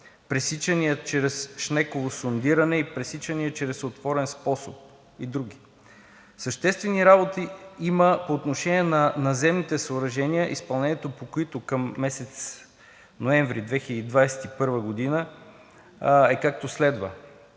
пресичания чрез шнеково сондиране, пресичания чрез отворен способ и други. Съществени работи има по отношение на наземните съоръжения, изпълнението по които към месец ноември 2021 г. е както следва: